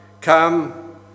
come